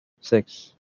six